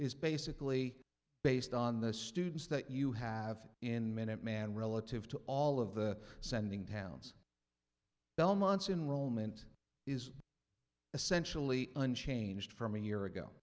is basically based on the students that you have in minuteman relative to all of the sending towns belmont's enroll mint is essentially unchanged from a year ago